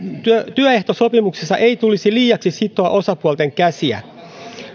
työehtosopimuksissa ei tulisi liiaksi sitoa osapuolten käsiä